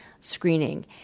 screening